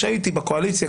כשהייתי בקואליציה,